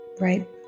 Right